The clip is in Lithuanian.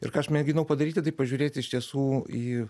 ir ką aš mėginau padaryti tai pažiūrėti iš tiesų į